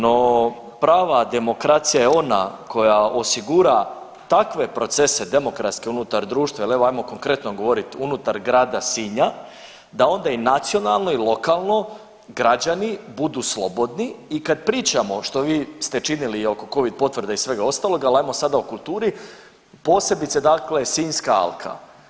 No, prava demokracija je ona koja osigura takve procese demokratske unutar društva jer evo, ajmo konkretno govoriti unutar grada Sinja da onda i nacionalno i lokalno građani budu slobodni i kad pričamo što vi ste činili oko Covid potvrda i svega ostaloga, ali ajmo sada o kulturi, posebice dakle Sinjska alka.